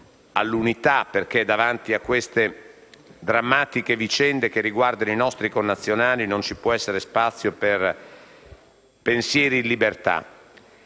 all'unità, perché davanti a queste drammatiche vicende che riguardano i nostri connazionali non ci può essere spazio per pensieri in libertà.